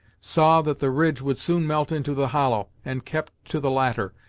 saw that the ridge would soon melt into the hollow, and kept to the latter,